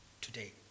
today